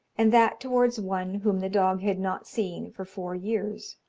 and that towards one whom the dog had not seen for four years.